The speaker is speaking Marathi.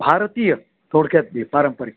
भारतीय थोडक्यातली पारंपरिक